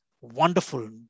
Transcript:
wonderful